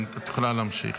את יכולה להמשיך.